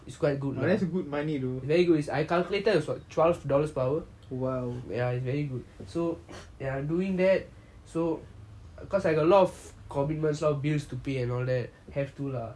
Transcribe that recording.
but that's a good money